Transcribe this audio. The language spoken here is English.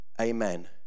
Amen